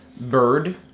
bird